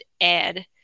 add